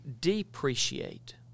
depreciate